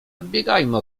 odbiegajmy